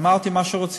אמרתי, מה שרוצים.